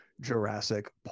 Jurassic